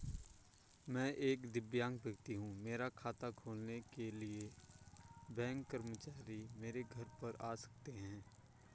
मैं एक दिव्यांग व्यक्ति हूँ मेरा खाता खोलने के लिए बैंक कर्मचारी मेरे घर पर आ सकते हैं?